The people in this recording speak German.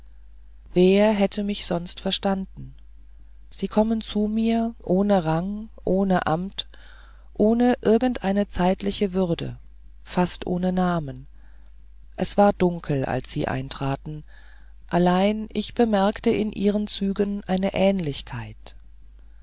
wer hätte mich sonst verstanden sie kommen zu mir ohne rang ohne amt ohne irgend eine zeitliche würde fast ohne namen es war dunkel als sie eintraten allein ich bemerkte in ihren zügen eine ähnlichkeit